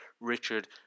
Richard